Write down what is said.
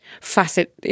facet